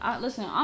Listen